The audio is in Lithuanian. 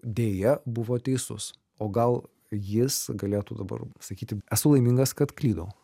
deja buvo teisus o gal jis galėtų dabar pasakyti esu laimingas kad klydau